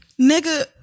Nigga